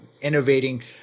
innovating